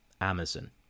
Amazon